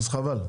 אז חבל.